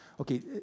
okay